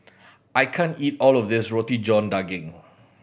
I can't eat all of this Roti John Daging